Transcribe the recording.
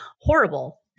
horrible